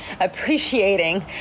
appreciating